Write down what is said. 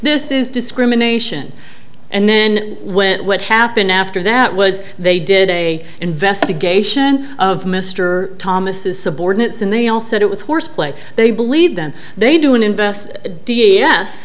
this is discrimination and then when what happened after that was they did a investigation of mr thomas subordinates and they all said it was horseplay they believed them they do and invest d